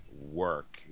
work